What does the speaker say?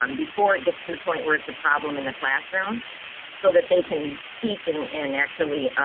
um before it gets to the point where it's a problem in the classroom so that they can teach. and and actually,